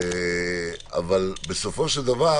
אבל בסופו של דבר